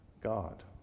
God